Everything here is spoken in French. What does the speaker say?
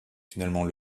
finalement